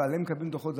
שעליהם מקבלים דוחות,